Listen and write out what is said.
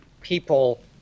people